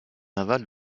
navals